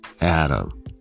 Adam